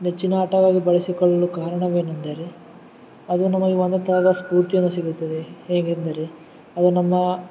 ನೆಚ್ಚಿನ ಆಟವಾಗಿ ಬಳಸಿಕೊಳ್ಳಲು ಕಾರಣವೇನೆಂದರೆ ಅದು ನಮಗೆ ಒಂದೇ ಥರದ ಸ್ಫೂರ್ತಿಯನ್ನು ಸಿಗುತ್ತದೆ ಹೇಗೆಂದರೆ ಅದು ನಮ್ಮ